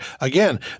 Again